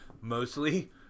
Mostly